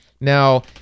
Now